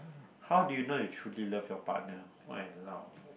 how do you know you truly love your partner walao